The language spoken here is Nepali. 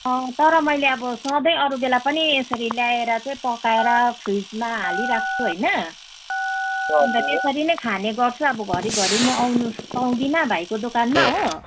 अँ तर मैले अब सधैँ अरू बेला पनि यसरी ल्याएर चाहिँ पकाएर फ्रिजमा हालिराख्छु होइन अन्त त्यसरी नै खाने गर्छु अब घरिघरि म आउनु पाउँदिनँ भाइको दोकानमा हो